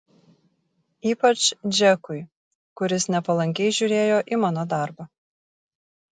ypač džekui kuris nepalankiai žiūrėjo į mano darbą